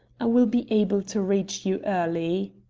i will be able to reach you early.